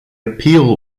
appeal